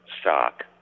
stock